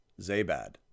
Zabad